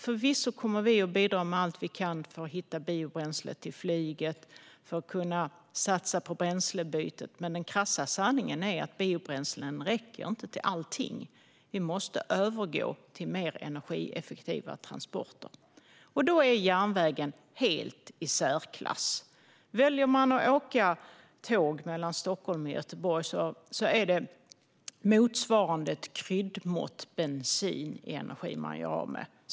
Förvisso kommer vi att bidra med allt vi kan för att hitta biobränsle till flyget och för att kunna satsa på bränslebytet, men den krassa sanningen är att biobränslen inte räcker till allting. Vi måste övergå till mer energieffektiva transporter. Då är järnvägen helt i särklass. Om man väljer att åka tåg mellan Stockholm och Göteborg gör man av med motsvarande ett kryddmått bensin i energi.